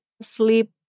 sleep